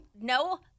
no